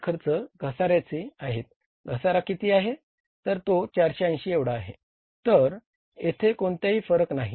पुढील खर्च घसाऱ्याचे आहे घसारा किती आहे तर तो 480 एवढा आहे तर येथे कोणताही फरक नाही